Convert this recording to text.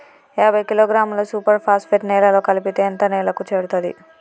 యాభై కిలోగ్రాముల super phosphate నేలలో కలిపితే ఎంత నేలకు చేరుతది?